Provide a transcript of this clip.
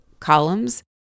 columns